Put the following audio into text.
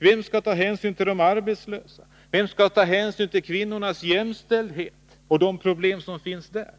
Vem skall ta hänsyn till de arbetslösa, till kvinnornas jämställdhet och de problem som finns där?